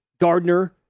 Gardner